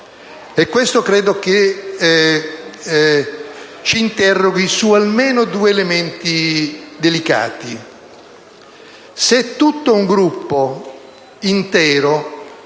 questo ci interroghi su almeno due elementi delicati.